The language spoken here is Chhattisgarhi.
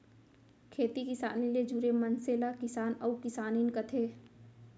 खेती किसानी ले जुरे मनसे ल किसान अउ किसानिन कथें